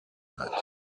hat